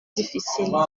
difficile